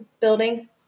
building